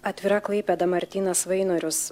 atvira klaipėda martynas vainorius